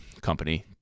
company